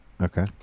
Okay